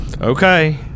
Okay